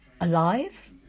alive